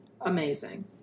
Amazing